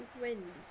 wind